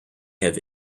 have